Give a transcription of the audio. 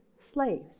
slaves